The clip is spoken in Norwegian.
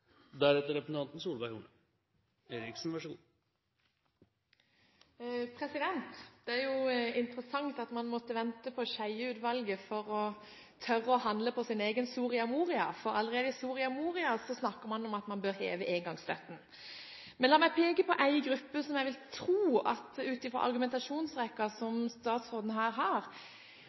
Det er jo interessant at man måtte vente på Skjeie-utvalget for å tørre å handle etter sin egen Soria Moria-erklæring, for allerede i Soria Moria-erklæringen snakket man om at man burde heve engangsstønaden. Men la meg peke på en gruppe som jeg, ut ifra argumentasjonsrekken som statsråden har her, vil tro at hun burde hatt interesse av å løfte. Det handler om alle de kvinnene som har